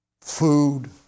food